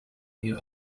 new